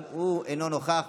גם הוא אינו נוכח,